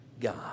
God